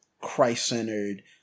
Christ-centered